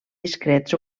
discrets